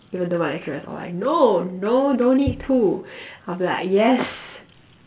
even though my lecturers all like no no don't need to I'll be like yes